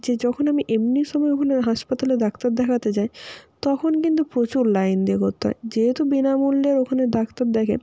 যে যখন আমি এমনি সময়গুলোয় হাসপাতালে ডাক্তার দেখাতে যাই তখন কিন্তু প্রচুর লাইন দিয়ে করতে হয় যেহেতু বিনামূল্যের ওখানে ডাক্তার দেখে